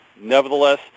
Nevertheless